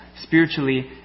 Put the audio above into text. spiritually